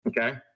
Okay